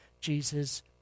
Jesus